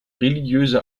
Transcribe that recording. religiöse